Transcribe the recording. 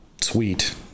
Sweet